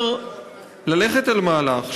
אפשר ללכת על מהלך,